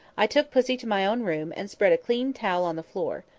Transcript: i took pussy to my own room, and spread a clean towel on the floor.